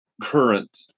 current